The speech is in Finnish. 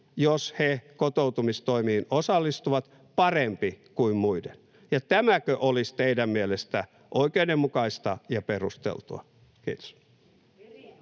jos he kotoutumistoimiin osallistuvat, parempi kuin muiden, ja tämäkö olisi teidän mielestänne oikeudenmukaista ja perusteltua? — Kiitos.